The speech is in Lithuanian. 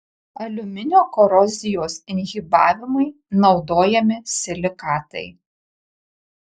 aliuminio korozijos inhibavimui naudojami silikatai